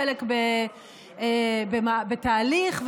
חלק בתהליך,